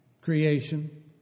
creation